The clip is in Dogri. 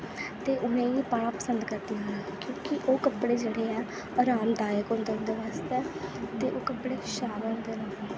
ते उ'नेंगी पाना पसंद करदियां न क्योंकि ओह् कपड़े जेह्ड़े ऐ आरामदायक होंदे लाने आस्तै ते ओह् कपड़े शैल होंदे न